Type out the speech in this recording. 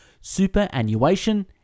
superannuation